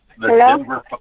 Hello